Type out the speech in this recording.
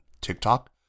TikTok